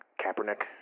Kaepernick